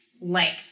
length